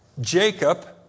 Jacob